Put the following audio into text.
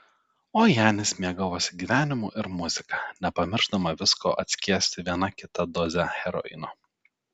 o janis mėgavosi gyvenimu ir muzika nepamiršdama visko atskiesti viena kita doze heroino